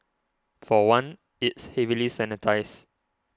for one it's heavily sanitised